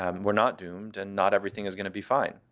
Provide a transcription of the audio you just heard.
um we're not doomed, and not everything is going to be fine.